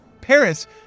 Paris